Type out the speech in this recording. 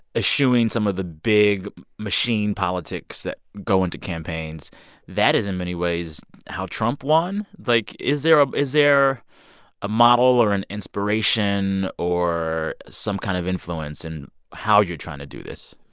eschewing some of the big machine politics that go into campaigns that is in many ways how trump won. like, is there ah is there a model or an inspiration or some kind of influence in how you're trying to do this?